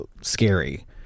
scary